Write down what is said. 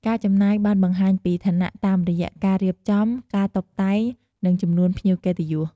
ការចំណាយបានបង្ហាញពីឋានៈតាមរយៈការរៀបចំ ការតុបតែង និងចំនួនភ្ញៀវកិត្តិយស។